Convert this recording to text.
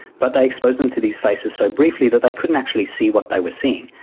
but they exposed them to these faces so briefly that they couldn't actually see what they were seeing.